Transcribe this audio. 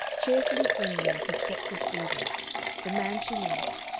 cheerfully friendly in his sex's freedom the man she loved,